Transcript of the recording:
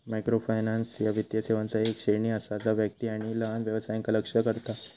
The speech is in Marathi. मायक्रोफायनान्स ह्या वित्तीय सेवांचा येक श्रेणी असा जा व्यक्ती आणि लहान व्यवसायांका लक्ष्य करता